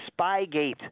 Spygate